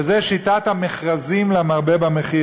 וזה שיטת המכרזים למרבה במחיר.